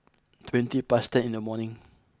twenty past ten in the morning